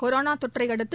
corona தொற்றை அடுத்து